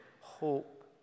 hope